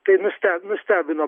tai nuste nustebino